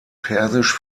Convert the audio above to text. persisch